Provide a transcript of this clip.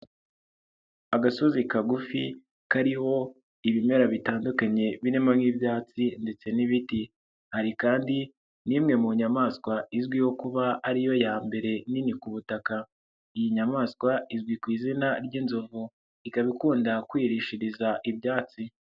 Agasozi kagufi kariho ibimera bitandukanye birimo nk'ibyatsi ndetse n'ibiti, hari kandi n'imwe mu nyamaswa izwiho kuba ari yo ya mbere nini ku butaka, iyi nyamaswa izwi ku izina ry'inzovu, ikaba ikunda kwirishiriza ibyatsi.